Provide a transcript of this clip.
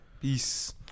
Peace